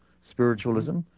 spiritualism